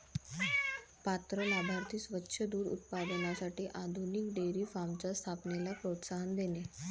पात्र लाभार्थी स्वच्छ दूध उत्पादनासाठी आधुनिक डेअरी फार्मच्या स्थापनेला प्रोत्साहन देणे